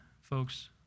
folks